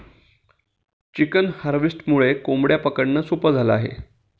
chicken हार्वेस्टरमुळे कोंबड्या पकडणं सोपं झालं आहे